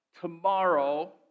tomorrow